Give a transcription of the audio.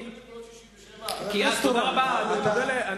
ואז נחזור לגבולות 67'?